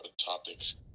topics